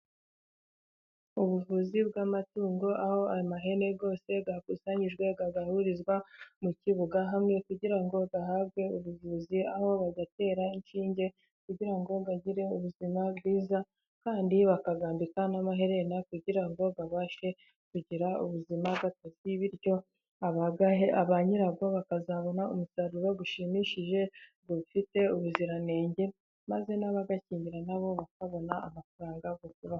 Ubuvuzi bw'amatungo aho amahene yose yakusanyijwe agagahurizwa mu kibuga hamwe, kugira ngo ahabwe ubuvuzi, aho bayatera inshinge, kugira ngo agire ubuzima bwiza. Kandi bakayambika n'amaherena kugira ngo abashe kugira ubuzima gatozi, bityo ba nyirayo bakazabona umusaruro ushimishije, afite ubuziranenge maze n'abayakingira nabo bakabona amafaranga.